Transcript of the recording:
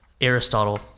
Aristotle